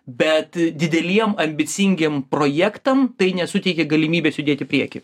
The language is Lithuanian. bet dideliem ambicingiem projektam tai nesuteikia galimybės judėt į priekį